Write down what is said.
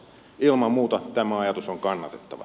ilman muuta tämä ajatus on kannatettava